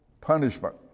Punishment